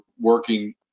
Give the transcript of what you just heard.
working